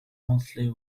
mostly